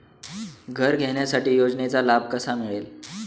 घर घेण्यासाठी योजनेचा लाभ कसा मिळेल?